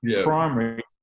primary